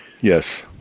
Yes